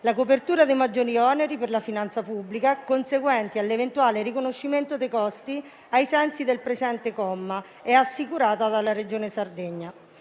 La copertura dei maggiori oneri per la finanza pubblica conseguenti all'eventuale riconoscimento dei costi, ai sensi del presente comma, è assicurata dalla Regione Sardegna.